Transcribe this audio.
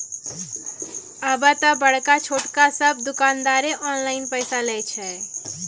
आबे त बड़का छोटका सब दुकानदारें ऑनलाइन पैसा लय छै